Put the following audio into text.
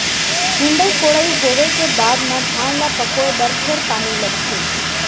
निंदई कोड़ई होवे के बाद म धान ल पकोए बर फेर पानी लगथे